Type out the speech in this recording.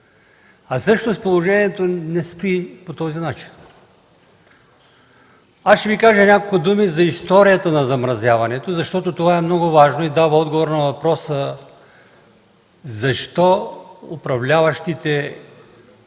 Всъщност положението не стои по този начин. Аз ще Ви кажа няколко думи за историята на замразяването, защото това е много важно и дава отговор на въпроса: „Защо управляващите в миналия